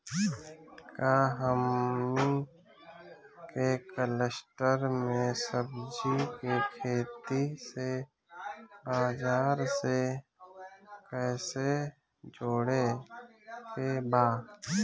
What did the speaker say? का हमनी के कलस्टर में सब्जी के खेती से बाजार से कैसे जोड़ें के बा?